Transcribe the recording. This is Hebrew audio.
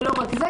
ולא רק זה,